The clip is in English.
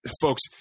folks